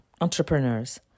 entrepreneurs